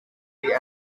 dir